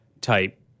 type